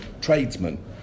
tradesmen